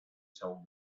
told